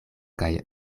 kaj